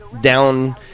Down